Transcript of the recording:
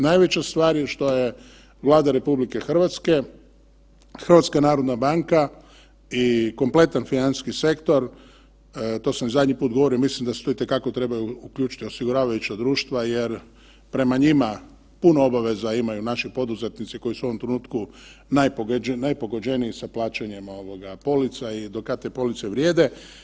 Najveća stvar je što je Vlada RH, HNB i kompletan financijski sektor, to sam zadnji put govorio, mislim da se tu itekako trebaju uključiti osiguravajuća društva jer prema njima puno obaveza imaju naši poduzetnici koji su u ovom trenutku najpogođeniji sa plaćanjima ovog polica i do kad te police vrijede.